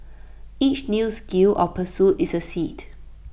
each new skill or pursuit is A seed